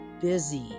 busy